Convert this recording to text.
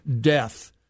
death